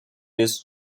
was